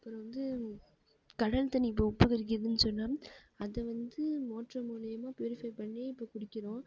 அப்புறம் வந்து கடல் தண்ணி இப்போ உப்பு கரிக்குதுன் சொன்னால் அது வந்து மோட்ரு மூலயுமா ப்யூரிஃபை பண்ணி இப்போ குடிக்கிறோம்